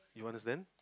you understand